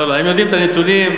הם יודעים את הנתונים.